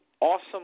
Awesome